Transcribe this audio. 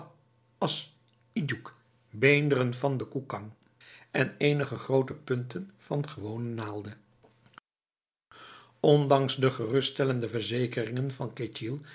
as idjoek beenderen van de koekang en enige grote punten van gewone naalden ondanks de geruststellende verzekeringen van